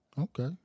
Okay